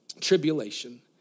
tribulation